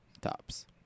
tops